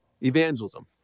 evangelism